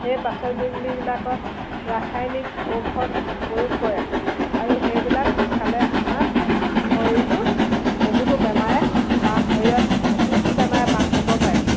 সেই পাচলবিলাকত ৰাসায়নিক ঔষধ প্ৰয়োগ কৰে আৰু সেইবিলাক খালে আমাৰ শৰীৰটো বহুতো বেমাৰে বাঁহ শৰীৰত বহুতো বেমাৰে বাঁহ ল'ব পাৰে